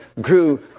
grew